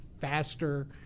faster